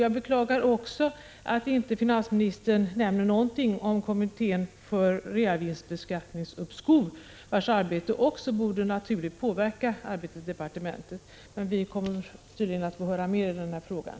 Jag beklagar också att finansministern inte nämner någonting om kommittén för reavinstuppskov, vars arbete helt naturligt också borde påverka arbetet i departementet. Vi kommer tydligen att få höra mer i den här frågan.